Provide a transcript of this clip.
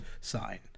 sign